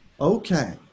okay